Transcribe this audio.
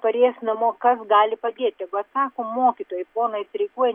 parėjęs namo kas gali padėti tegu atsako mokytojai ponai streikuojantys